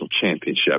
championship